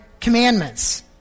commandments